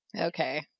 Okay